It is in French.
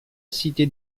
cité